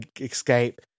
escape